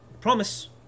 promise